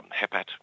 hepat